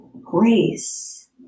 grace